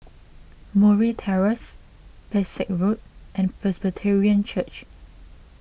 Murray Terrace Pesek Road and Presbyterian Church